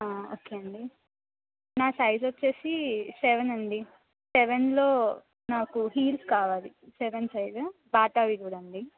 okay అండి నా size వచ్చేసి సెవెన్ అండి సెవెన్లో నాకు హీల్స్ కావాలి సెవెన్ సైజు బాటావి కూడా అండి